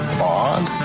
bond